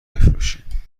بفروشین